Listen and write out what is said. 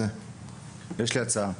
יש לי הצעה: